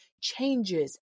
changes